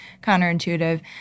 counterintuitive